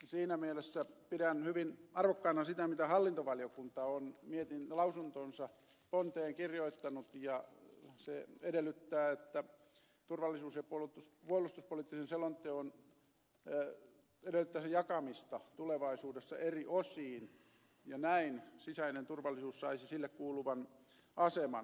siinä mielessä pidän hyvin arvokkaana sitä mitä hallintovaliokunta on lausuntonsa ponteen kirjoittanut ja se edellyttää turvallisuus ja puolustuspoliittisen selonteon jakamista tulevaisuudessa eri osiin ja näin sisäinen turvallisuus saisi sille kuuluvan aseman